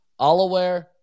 allaware